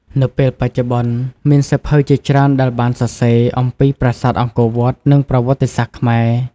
នៅពេលបច្ចុប្បន្ន មានសៀវភៅជាច្រើនដែលបានសរសេរអំពីប្រាសាទអង្គរវត្ត និងប្រវត្តិសាស្ត្រខ្មែរ។